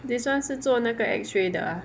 this [one] 是做那个 X-ray 的 ah